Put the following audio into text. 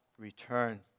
return